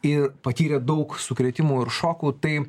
ir patyrė daug sukrėtimų ir šokų tai